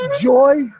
joy